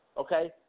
Okay